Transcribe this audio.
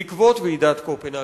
בעקבות ועידת קופנהגן,